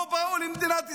הם לא באו למדינת ישראל,